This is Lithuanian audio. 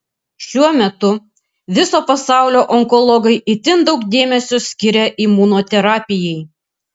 šiuo metu viso pasaulio onkologai itin daug dėmesio skiria imunoterapijai